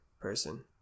person